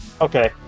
Okay